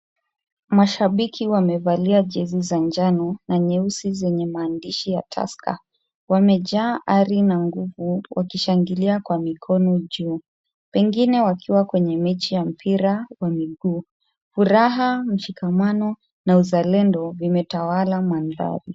Mashabiki wamevalia jezi za njano na nyeusi zenye maandishi ya Tusker . Wamejaa ari na nguvu wakishangilia kwa mikono juu pengine wakiwa kwenye mechi ya mpira wa miguu. Furaha, mshikamano na uzalendo vimetawala mandhari.